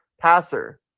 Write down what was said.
passer